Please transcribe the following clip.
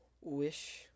Wish